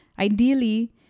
Ideally